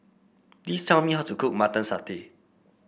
please tell me how to cook Mutton Satay